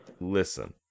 Listen